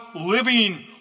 living